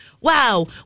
Wow